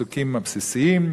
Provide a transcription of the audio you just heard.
בפסוקים הבסיסיים: